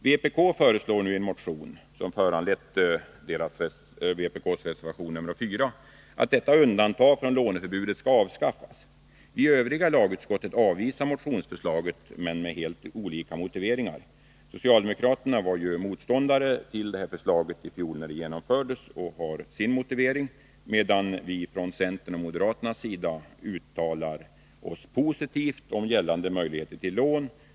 Vpk föreslår nu i en motion, som föranlett vpk:s reservation 4, att detta undantag från låneförbudet skall avskaffas. Vi övriga i lagutskottet avvisar motionsförslaget men med olika motiveringar. Socialdemokraterna var motståndare till detta förslag i fjol när det genomfördes, och de har sin motivering. Vi i centern och moderaterna uttalar oss däremot positivt om gällande möjligheter till lån.